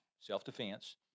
self-defense